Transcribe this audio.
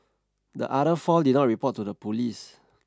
the other four did not report to the police